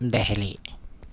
Delhi